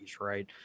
Right